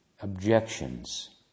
objections